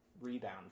rebound